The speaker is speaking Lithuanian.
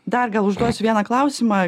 dar gal užduosiu vieną klausimą